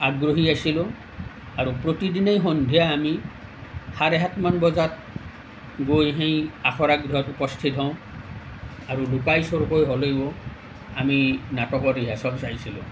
আগ্ৰহী আছিলোঁ আৰু প্ৰতি দিনেই সন্ধিয়া আমি চাৰে সাতমান বজাত গৈ সেই আখৰা গৃহত উপস্থিত হওঁ আৰু লুকাই চোৰকৈ হ'লেও আমি নাটকৰ ৰিহাচল চাইছিলোঁ